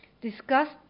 Discussed